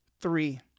three